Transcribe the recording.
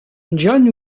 john